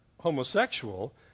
homosexual